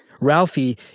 Ralphie